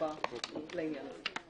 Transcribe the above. סמוכה לעניין הזה.